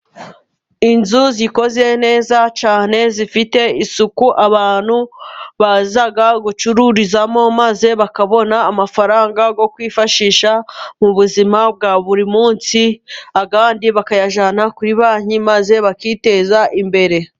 Inzu zikoze neza cyane zifite isuku abantu baza gucururizamo maze bakabona amafaranga yo kwifashisha mu buzima bwa buri munsi ,abandi bakayajyana kuri banki maze bakiteza imbere.